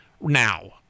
now